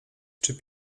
czy